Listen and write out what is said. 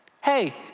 hey